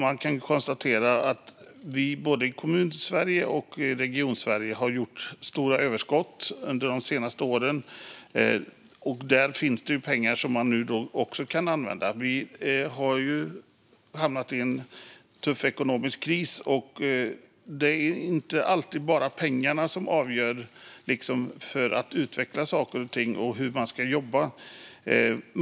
Man kan konstatera att vi i både Kommun och Regionsverige har gjort stora överskott under de senaste åren, och där finns pengar som man nu kan använda. Vi har hamnat i en tuff ekonomisk kris, och det är inte alltid bara pengarna som avgör hur man ska jobba.